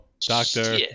Doctor